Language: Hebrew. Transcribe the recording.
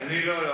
לא לא,